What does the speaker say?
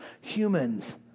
humans